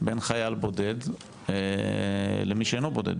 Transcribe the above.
בין חייל בודד למי שאינו בודד.